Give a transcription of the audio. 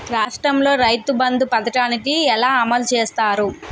రాష్ట్రంలో రైతుబంధు పథకాన్ని ఎలా అమలు చేస్తారు?